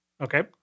Okay